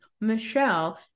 Michelle